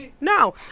no